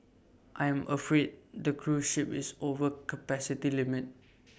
I'm afraid the cruise ship is over capacity limit